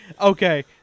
Okay